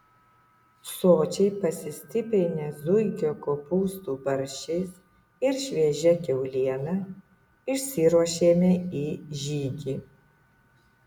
sočiai pasistiprinę zuikio kopūstų barščiais ir šviežia kiauliena išsiruošėme į žygį